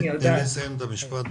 תני לי לסיים את המשפט בבקשה.